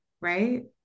right